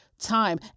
time